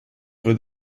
for